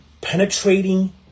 penetrating